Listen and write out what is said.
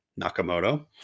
Nakamoto